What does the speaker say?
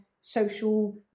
social